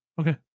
Okay